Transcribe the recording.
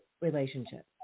relationship